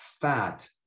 fat